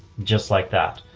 just like that,